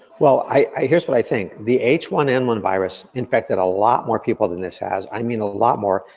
well, i here's what i think, the h one n one virus infected a lot more people than this has, i mean, a lot more.